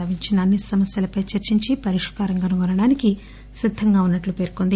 లేవనెత్తిన అన్ని అసమస్యలపై చర్చించి పరిష్కారం కనుగొనడానికి సిద్దంగా వున్నా మని పేర్కొంది